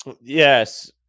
Yes